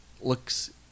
looks